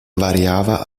variava